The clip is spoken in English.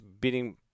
beating